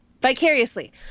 Vicariously